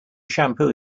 shampoo